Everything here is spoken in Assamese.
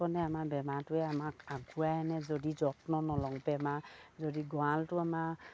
আমাৰ বেমটোৱে আমাক আগুৱাই আনে যদি যত্ন নলওঁ বেমাৰ যদি গঁৰালটো আমাৰ